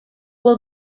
will